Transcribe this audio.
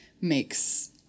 makes